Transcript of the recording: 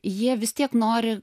jie vis tiek nori